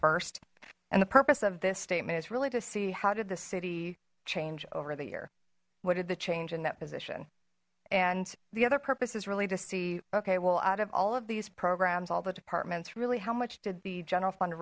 first and the purpose of this statement is really to see how did the city change over the year what did the change in that position and the other purpose is really to see ok well out of all of these programs all the departments really how much did the general fund